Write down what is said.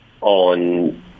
on